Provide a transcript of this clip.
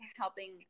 helping